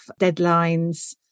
deadlines